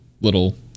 little